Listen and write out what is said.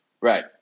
right